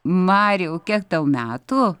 mariau kiek tau metų